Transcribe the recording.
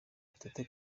gatete